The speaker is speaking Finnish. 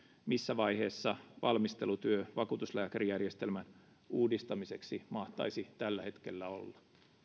missä vaiheessa valmistelutyö vakuutuslääkärijärjestelmän uudistamiseksi mahtaisi tällä hetkellä olla